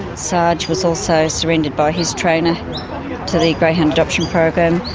sarge was also surrendered by his trainer to the greyhound adoption program,